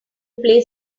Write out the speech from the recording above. play